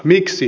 miksi